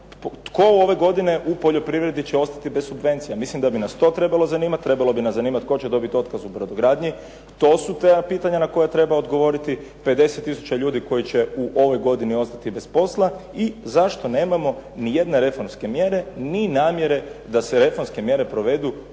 Tko ove godine će ostati bez subvencija u poljoprivredi? Mislim da bi nas to trebalo zanimati. Mislim da bi nas zanimati tko će dobiti otkaz u brodogradnji. To su ta pitanja na koja treba odgovoriti. 50 tisuća ljudi koji će u ovoj godini ostati bez posla. I zašto nemam nijedne reformske mjere ni namjere da se reformske mjere provedu